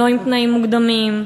לא עם תנאים מוקדמים.